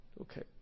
Okay